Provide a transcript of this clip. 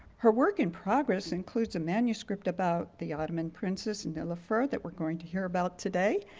her work in progress includes a manuscript about the ottoman princess and nilaufer that we're going to hear about today,